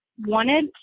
wanted